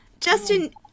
Justin